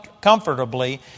comfortably